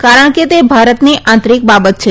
કારણ કે તે ભારતનો આંતરિક બાબત છે